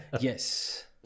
Yes